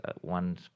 one